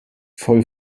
voll